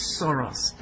Soros